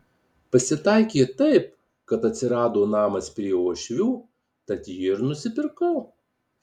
pasitaikė taip kad atsirado namas prie uošvių tad jį ir nusipirkau